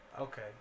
Okay